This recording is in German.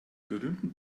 berühmten